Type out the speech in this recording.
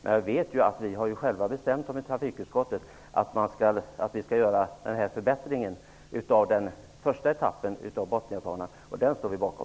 Men vi har ju själva i trafikutskottet bestämt att vi skall göra denna förbättring av den första etappen av Bothniabanan. Den står vi bakom.